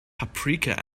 paprika